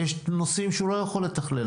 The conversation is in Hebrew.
יש נושאים שהוא לא יכול לתכלל.